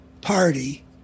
party